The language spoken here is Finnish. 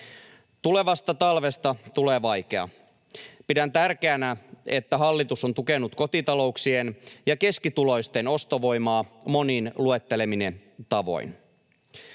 Tulevasta talvesta tulee vaikea. Pidän tärkeänä, että hallitus on tukenut kotitalouksien ja keskituloisten ostovoimaa monilla luettelemillani tavoilla.